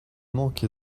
manqué